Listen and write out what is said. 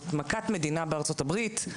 זאת מכת מדינה בארצות הברית.